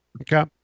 Okay